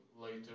later